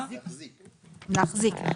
להחזיק,